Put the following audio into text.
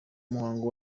muhango